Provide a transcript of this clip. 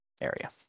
area